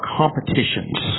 competitions